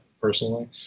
personally